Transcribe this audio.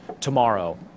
tomorrow